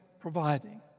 providing